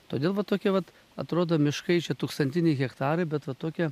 todėl va tokia vat atrodo miškai čia tūkstantiniai hektarai bet va tokio